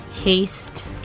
haste